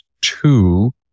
two